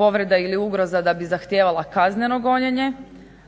povreda ili ugroza da bi zahtijevala kazneno gonjenje,